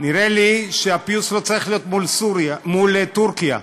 נראה לי שהפיוס לא צריך להיות מול טורקיה,